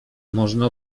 można